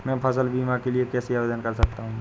मैं फसल बीमा के लिए कैसे आवेदन कर सकता हूँ?